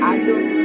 Adios